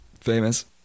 famous